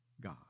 God